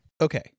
Okay